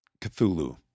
Cthulhu